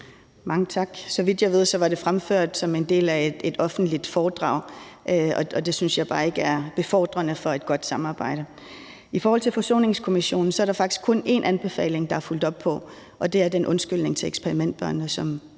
Mange tak. Så vidt jeg ved, var det fremført som en del af et offentligt foredrag, og det synes jeg bare ikke er befordrende for et godt samarbejde. I forhold til Forsoningskommissionen er der faktisk kun én anbefaling, der er fulgt op på, og det er den undskyldning til eksperimentbørnene, som